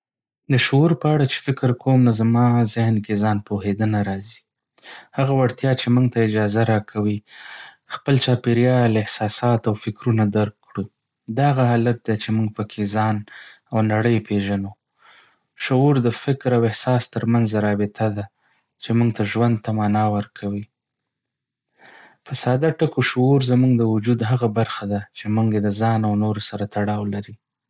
د شعور په اړه چې فکر کوم، نو زما ذهن کې ځان پوهېدنه راځي. هغه وړتیا چې موږ ته اجازه راکوي خپل چاپېریال، احساسات، او فکرونه درک کړو. دا هغه حالت دی چې موږ پکې ځان او نړۍ پېژنو. شعور د فکر او احساس تر منځ رابطه ده چې موږ ته ژوند ته معنی ورکوي. په ساده ټکو، شعور زموږ د وجود هغه برخه ده چې موږ یې د ځان او نورو سره تړاو لري.